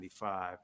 1995